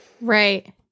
Right